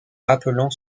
rappelant